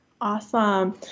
Awesome